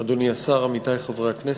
תודה לך, אדוני השר, עמיתי חברי הכנסת,